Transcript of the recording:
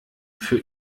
für